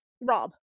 rob